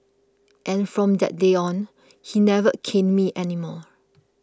and from that day on he never caned me anymore